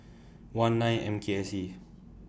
one nine M K S E